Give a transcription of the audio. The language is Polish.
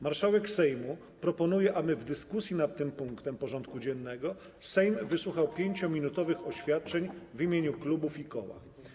Marszałek Sejmu proponuje, aby w dyskusji nad tym punktem porządku dziennego Sejm wysłuchał 5-minutowych oświadczeń w imieniu klubów i koła.